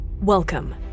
Welcome